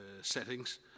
settings